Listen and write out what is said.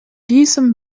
diesem